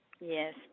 Yes